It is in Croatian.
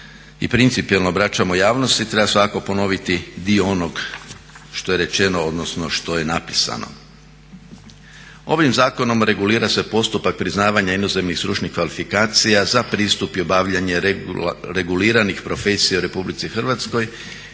i principijelno obraćamo javnosti treba svakako ponoviti dio onog što je rečeno, odnosno što je napisano. Ovim zakonom regulira se postupak priznavanja inozemnih stručnih kvalifikacija za pristup i obavljanje reguliranih profesija u RH te